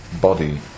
body